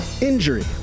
Injury